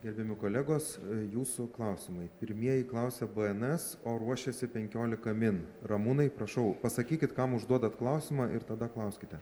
gerbiami kolegos jūsų klausimai pirmieji klausia bns o ruošiasi penkiolika min ramūnai prašau pasakykit kam užduodat klausimą ir tada klauskite